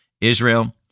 Israel